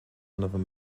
another